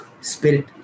spirit